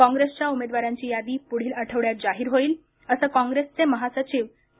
कॉंग्रेसच्या उमेदवारांची यादी पुढील आठवड्यात जाहीर होईल असं कॉप्रेसचे महासचिव के